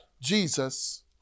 Jesus